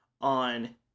on